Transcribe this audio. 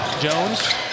Jones